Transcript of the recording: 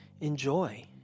enjoy